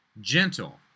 gentle